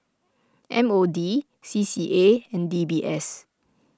M O D C C A and D B S